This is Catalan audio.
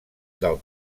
del